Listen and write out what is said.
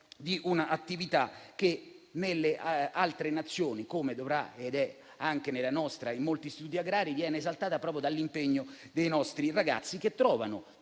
di un'attività che nelle altre Nazioni - come è e dovrà essere anche nella nostra - e in molti studi agrari viene esaltata proprio dall'impegno dei ragazzi che trovano